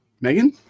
Megan